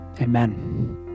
Amen